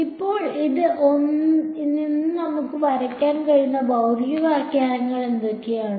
അപ്പോൾ ഇതിൽ നിന്ന് നമുക്ക് വരയ്ക്കാൻ കഴിയുന്ന ഭൌതിക വ്യാഖ്യാനങ്ങൾ എന്തൊക്കെയാണ്